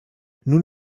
nun